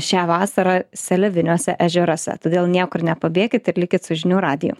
šią vasarą seliaviniuose ežeruose todėl niekur nepabėkit ir likit su žinių radiju